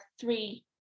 three